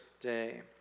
day